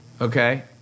okay